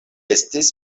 estis